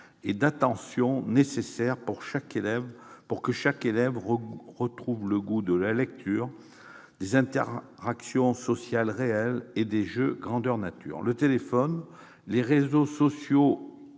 et d'attention nécessaires pour que chaque élève retrouve le goût de la lecture, des interactions sociales réelles et des jeux grandeur nature. Le téléphone, les réseaux sociaux